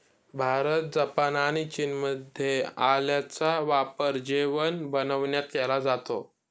Bharat, Japan आणि चीनमध्ये आल्याचा वापर जेवण बनविण्यात केला जातो